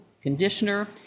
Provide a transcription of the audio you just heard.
conditioner